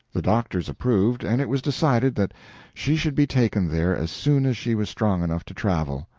the doctors approved, and it was decided that she should be taken there as soon as she was strong enough to travel.